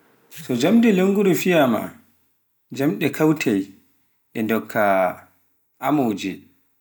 so njamnde Lennguru fiiya maa, jammnde kawtai sai ɗe ndokka amooje.